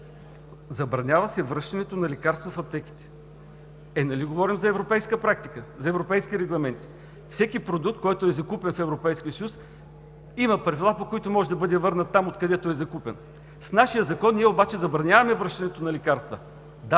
Забранява се връщането на лекарства в аптеките. Е, нали говорим за европейска практика, за европейски регламенти? Всеки продукт, който е закупен в Европейския съюз, има правила, по които може да бъде върнат там, откъдето е закупен. С нашия закон ние обаче забраняваме връщането на лекарства.